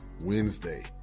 Wednesday